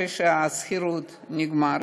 אחרי שהשכירות נגמרת.